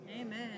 Amen